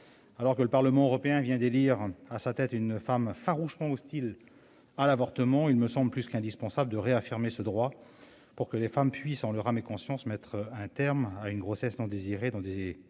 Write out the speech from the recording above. Alors que le Parlement européen vient d'élire à sa tête une femme farouchement hostile à l'avortement, il me semble plus qu'indispensable de réaffirmer ce droit pour que les femmes puissent, en leur âme et conscience, mettre un terme à une grossesse non désirée dans des